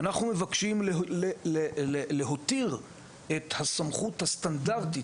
אנחנו מבקשים להותיר את הסמכות הסטנדרטית,